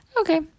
okay